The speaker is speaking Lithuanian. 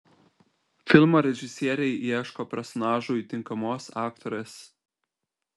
filmo režisieriai ieško personažui tinkamos aktorės